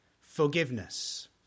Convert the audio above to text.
Forgiveness